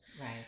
Right